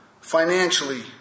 financially